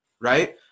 right